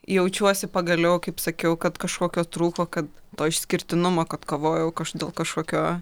jaučiuosi pagaliau kaip sakiau kad kažkokio trūko kad to išskirtinumo kad kovojau dėl kažkokio